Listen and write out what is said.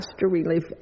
relief